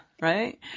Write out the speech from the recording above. Right